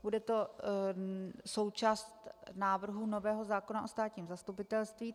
Bude to součást návrhu nového zákona o státním zastupitelství.